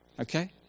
Okay